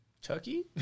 Chucky